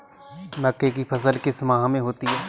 मक्के की फसल किस माह में होती है?